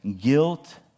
guilt